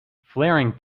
flaring